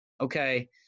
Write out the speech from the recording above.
okay